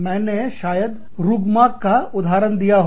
मैंने शायद रुगमार्कका उदाहरण दिया होगा